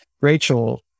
Rachel